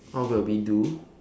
what will we do